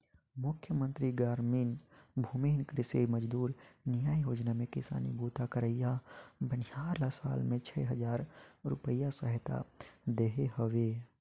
मुख्यमंतरी गरामीन भूमिहीन कृषि मजदूर नियाव योजना में किसानी बूता करइया बनिहार ल साल में छै हजार रूपिया सहायता देहे हवे